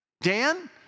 Dan